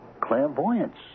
clairvoyance